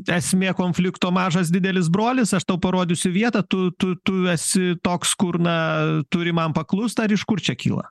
esmė konflikto mažas didelis brolis aš tau parodysiu vietą tu tu tu esi toks kur na turi man paklust ar iš kur čia kyla